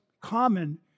common